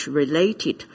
related